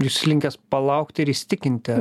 jūs linkęs palaukti ir įsitikinti